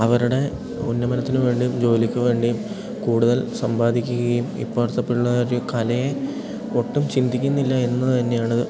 അവരുടെ ഉന്നമനത്തിനു വേണ്ടിയും ജോലിക്കു വേണ്ടിയും കൂടുതൽ സമ്പാദിക്കുകയും ഇപ്പോഴത്തെ പിള്ളേർ കലയെ ഒട്ടും ചിന്തിക്കുന്നില്ല എന്നു തന്നെയാണ്